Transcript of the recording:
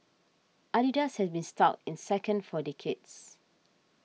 Adidas has been stuck in second for decades